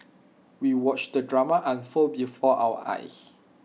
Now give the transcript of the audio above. we watched the drama unfold before our eyes